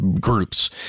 groups